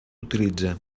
utilitzar